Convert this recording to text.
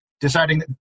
deciding